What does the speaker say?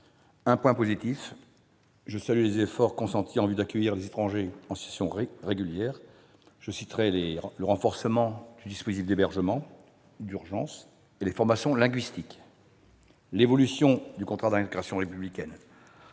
d'un point positif, je salue les efforts consentis en vue d'accueillir les étrangers en situation régulière. Je mentionnerai le renforcement du dispositif d'hébergement d'urgence et de la formation linguistique, ainsi que l'évolution du contrat d'intégration républicaine.